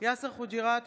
יאסר חוג'יראת,